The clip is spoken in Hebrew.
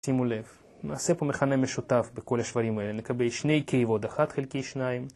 שימו לב, נעשה פה מכנה משותף בכל השברים האלה, נקבל שני k ועוד אחת חלקי שניים